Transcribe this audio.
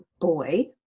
boy